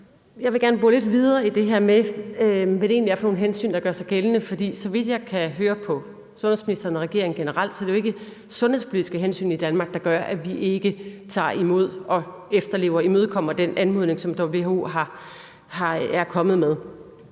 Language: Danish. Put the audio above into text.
Jeg vil gerne bore lidt videre i det her med, hvad det egentlig er for nogle hensyn, der gør sig gældende. For så vidt jeg kan høre på sundhedsministeren og regeringen generelt, er det jo ikke sundhedspolitiske hensyn i Danmark, der gør, at vi ikke tager imod, efterlever og imødekommer den anmodning, som WHO er kommet med.